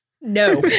No